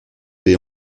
baie